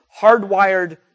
hardwired